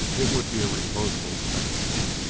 it would be a reposeful spectacle.